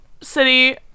city